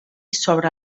sobre